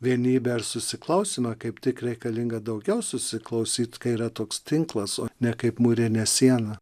vienybę ar susiklausymą kaip tik reikalinga daugiau susiklausyt kai yra toks tinklas o ne kaip mūrinė siena